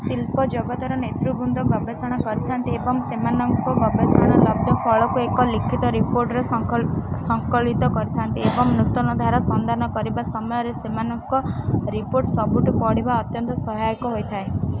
ଶିଳ୍ପ ଜଗତର ନେତୃବୃନ୍ଦ ଗବେଷଣା କରିଥାନ୍ତି ଏବଂ ସେମାନଙ୍କ ଗବେଷଣାଲବ୍ଧ ଫଳକୁ ଏକ ଲିଖିତ ରିପୋର୍ଟ୍ରେ ସଂକଳିତ କରିଥାନ୍ତି ଏବଂ ନୂତନ ଧାରା ସନ୍ଧାନ କରିବା ସମୟରେ ସେମାନଙ୍କ ରିପୋର୍ଟ୍ ସବୁକୁ ପଢ଼ିବା ଅତ୍ୟନ୍ତ ସହାୟକ ହୋଇଥାଏ